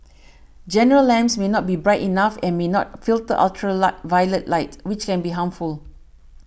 general lamps may not be bright enough and may not filter ultra violet light which can be harmful